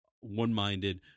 one-minded